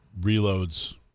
reloads